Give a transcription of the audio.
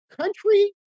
country